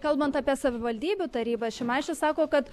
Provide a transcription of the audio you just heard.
kalbant apie savivaldybių tarybas šimašius sako kad